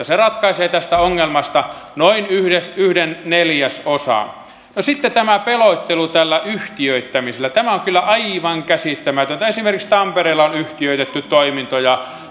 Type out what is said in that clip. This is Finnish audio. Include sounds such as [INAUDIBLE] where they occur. [UNINTELLIGIBLE] se ratkaisee tästä ongelmasta noin yhden neljäsosan no sitten tämä pelottelu tällä yhtiöittämisellä tämä on kyllä aivan käsittämätöntä esimerkiksi tampereella on yhtiöitetty toimintoja